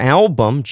album